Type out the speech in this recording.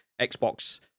xbox